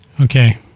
okay